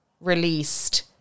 released